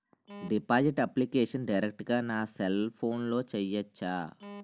Deposit application direct గా నా cell ఫోన్లో చెయ్యచా?